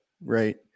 right